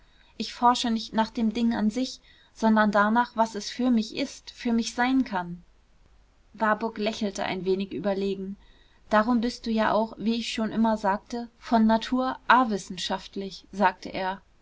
ich forsche nicht nach dem ding an sich sondern danach was es für mich ist für mich sein kann warburg lächelte ein wenig überlegen darum bist du ja auch wie ich schon immer sagte von natur awissenschaftlich sagte er